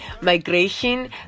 migration